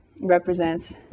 represents